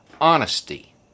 honesty